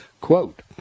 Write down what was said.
Quote